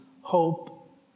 hope